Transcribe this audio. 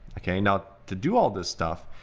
like i mean now to do all this stuff,